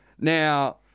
Now